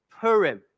Purim